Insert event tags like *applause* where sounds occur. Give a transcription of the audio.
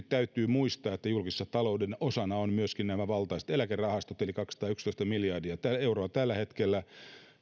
*unintelligible* täytyy muistaa että julkisen talouden osana ovat myöskin nämä valtaisat eläkerahastot eli kaksisataayksitoista miljardia euroa tällä hetkellä